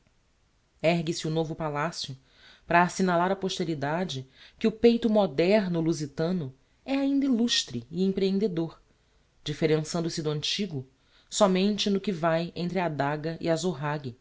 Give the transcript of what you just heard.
ergue-se o novo palacio para assignalar á posteridade que o peito moderno lusitano é ainda illustre e emprehendedor differençando se do antigo sómente no que vai entre adaga e